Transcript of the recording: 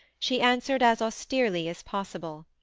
she answered as austerely as possible.